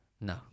No